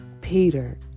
Peter